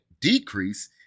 decrease